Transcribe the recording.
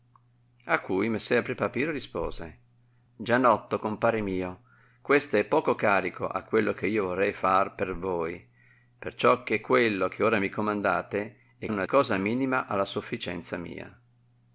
a cui messer pre papiro rispose gianotto compare mio questo è poco carico a quello che io vorrei far per voi perciò che quello che ora mi comandate è una cosa minima alla sofficienza mia